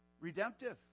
redemptive